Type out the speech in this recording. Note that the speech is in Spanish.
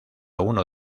uno